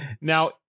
now